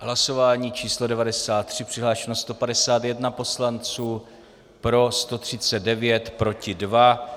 Hlasování číslo 93, přihlášeno 151 poslanců, pro 139, proti 2.